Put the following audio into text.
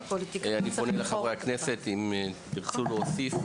חברי הכנסת האם תרצו להוסיף?